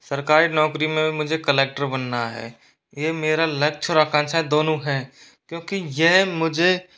सरकारी नौकरी में मुझे कलेक्टर बनना है ये मेरा लक्ष्य और आकांक्षाएं दोनों हैं क्योंकि यह मुझे